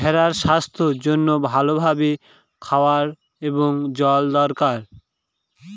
ভেড়ার স্বাস্থ্যের জন্য ভালো ভাবে খাওয়ার এবং জল দরকার